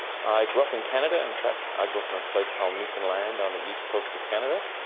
i grew up in canada. in fact i grew up in a place called newfoundland on the east coast of canada,